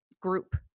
group